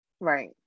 Right